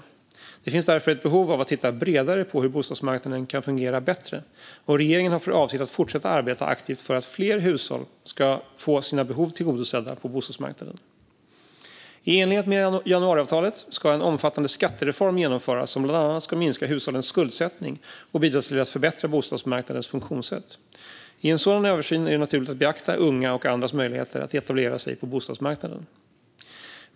Det finns därför ett behov av att titta bredare på hur bostadsmarknaden kan fungera bättre, och regeringen har för avsikt att fortsätta att arbeta aktivt för att fler hushåll ska få sina behov tillgodosedda på bostadsmarknaden. I enlighet med januariavtalet ska en omfattande skattereform genomföras som bland annat ska minska hushållens skuldsättning och bidra till att förbättra bostadsmarknadens funktionssätt. I en sådan översyn är det naturligt att beakta ungas och andras möjligheter att etablera sig på bostadsmarknaden.